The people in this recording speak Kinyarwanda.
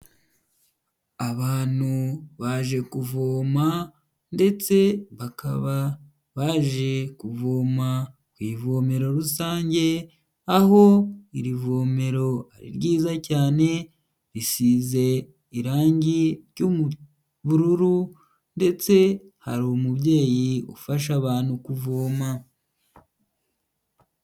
Abantu baje kuvoma ndetse bakaba baje kuvoma ku ivomero rusange, aho iri vomero ari ryiza cyane risize irangi ry'ubururu ndetse hari umubyeyi ufasha abantu kuvoma.